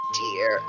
dear